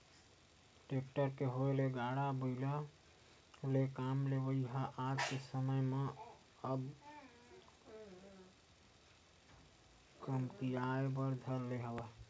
tractor के होय ले गाड़ा बइला ले काम लेवई ह आज के समे म अब कमतियाये बर धर ले हवय